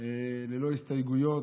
ללא הסתייגויות,